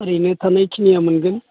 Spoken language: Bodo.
ओरैनो थानायखिनिया मोनगोन